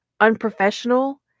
unprofessional